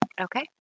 Okay